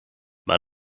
maar